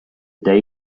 day